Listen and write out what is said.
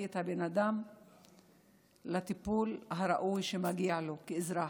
את הבן אדם לטיפול הראוי שמגיע לו כאזרח?